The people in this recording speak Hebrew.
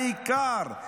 העיקר.